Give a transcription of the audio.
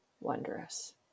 wondrous